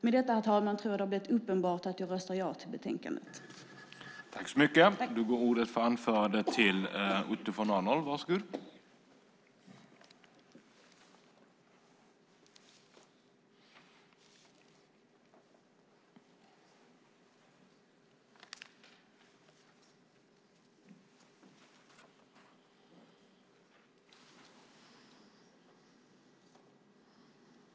Med detta, herr talman, tror jag att det har blivit uppenbart att jag yrkar bifall till utskottets förslag i betänkandet.